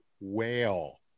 Whale